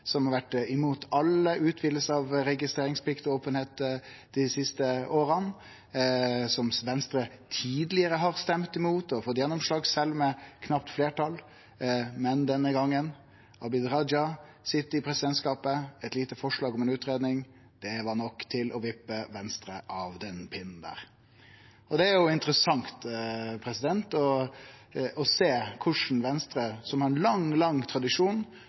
som har vore imot alle utvidingar av registreringsplikt og openheit dei siste åra, og som Venstre tidlegare har stemt imot og fått gjennomslag for, sjølv med knapt fleirtal. Men denne gongen sit Abid Q. Raja i presidentskapet, og eit lite forslag om ei utgreiing var nok til å vippe Venstre av den pinnen. Det er jo interessant å sjå på Venstre, som har ein lang, lang tradisjon